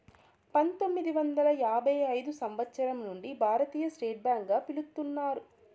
పంతొమ్మిది వందల యాభై ఐదు సంవచ్చరం నుండి భారతీయ స్టేట్ బ్యాంక్ గా పిలుత్తున్నారు